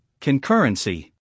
Concurrency